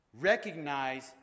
Recognize